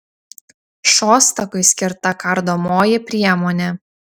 šostakui skirta kardomoji priemonė